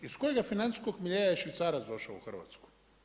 Iz kojeg financijskog miljea je švicarac došao u Hrvatsku?